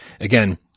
again